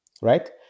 right